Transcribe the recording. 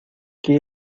qué